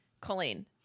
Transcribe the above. Colleen